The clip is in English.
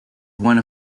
one